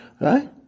right